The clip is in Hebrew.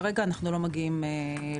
כרגע אנחנו לא מגיעים לקאפ,